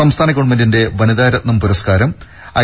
സംസ്ഥാന ഗവൺമെന്റ് വനിതാ രത്നം പുരസ്കാരം ഐ